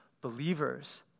believers